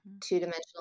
two-dimensional